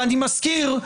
ואני מזכיר,